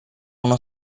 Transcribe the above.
uno